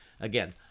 Again